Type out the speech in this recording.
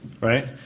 right